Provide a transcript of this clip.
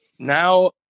Now